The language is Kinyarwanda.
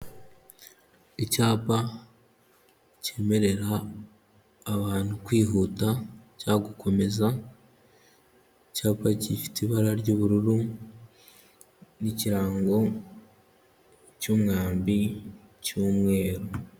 Icyapa cyemerera abantu kwihuta cyangwa gukomeza, icyapa gifite ibara ry'ubururu n'ikirango cy'umwambi cy'umweru.